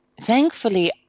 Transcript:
Thankfully